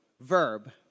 verb